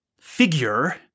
figure